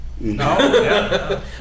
No